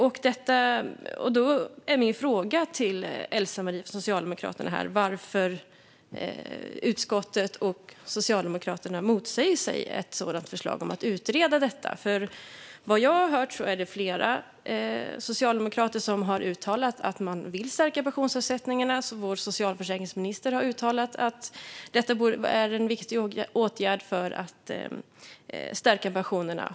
Min fråga till Elsemarie Bjellqvist från Socialdemokraterna är varför utskottet och Socialdemokraterna motsätter sig ett förslag som att utreda detta. Vad jag har hört är det flera socialdemokrater som har uttalat att de vill stärka pensionsavsättningarna. Vår socialförsäkringsminister har uttalat att det är en viktig åtgärd för att stärka pensionerna.